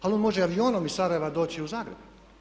Ali on može i avionom iz Sarajeva doći i u Zagreb.